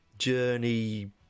journey